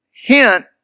hint